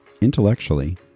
intellectually